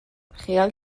خیال